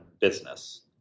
business